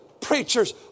preachers